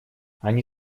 они